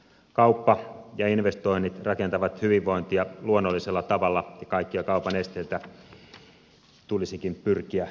kauppa ja investoinnit rakentavat hyvinvointia luonnollisella tavalla ja kaikkia kaupan esteitä tulisikin pyrkiä vähentämään